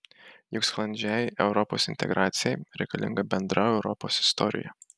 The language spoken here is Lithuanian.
juk sklandžiai europos integracijai reikalinga bendra europos istorija